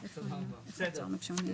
כן, הלאה.